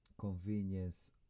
convenience